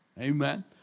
Amen